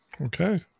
Okay